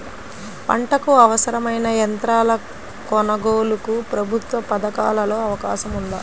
పంటకు అవసరమైన యంత్రాల కొనగోలుకు ప్రభుత్వ పథకాలలో అవకాశం ఉందా?